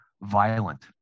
violent